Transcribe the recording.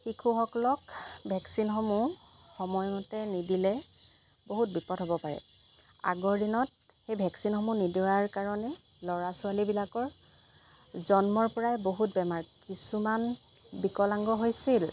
শিশুসকলক ভেকচিনসমূহ সময়মতে নিদিলে বহুত বিপদ হ'ব পাৰে আগৰ দিনত এই ভেকচিনসমূহ নিদিয়াৰ কাৰণে ল'ৰা ছোৱালীবিলাকৰ জন্মৰপৰাই বহুত বেমাৰ কিছুমান বিকালাংগ হৈছিল